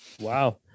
Wow